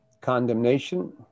condemnation